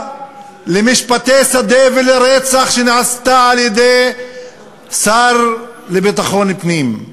למשפטי שדה ולרצח שנעשתה על-ידי שר לביטחון הפנים.